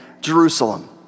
Jerusalem